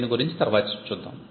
దీని గురించి తర్వాత చూద్దాం